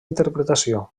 interpretació